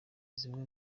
zimwe